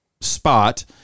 spot